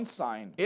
sign